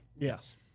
Yes